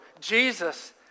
Jesus